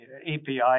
API